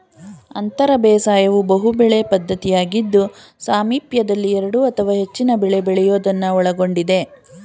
ಅಂತರ ಬೇಸಾಯವು ಬಹುಬೆಳೆ ಪದ್ಧತಿಯಾಗಿದ್ದು ಸಾಮೀಪ್ಯದಲ್ಲಿ ಎರಡು ಅಥವಾ ಹೆಚ್ಚಿನ ಬೆಳೆ ಬೆಳೆಯೋದನ್ನು ಒಳಗೊಂಡಿದೆ